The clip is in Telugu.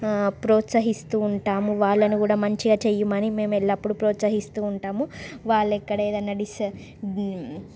ప్రోత్సహిస్తూ ఉంటాము వాళ్ళని కూడా మంచిగా చేయమని మేము ఎల్లప్పుడు ప్రోత్సహిస్తూ ఉంటాము వాళ్ళు ఎక్కడ ఏదన్నా డిస్